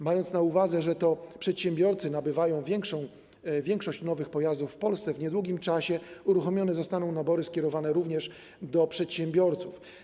Mając na uwadze, że to przedsiębiorcy nabywają większość nowych pojazdów w Polsce, w niedługim czasie uruchomione zostaną nabory skierowane również do przedsiębiorców.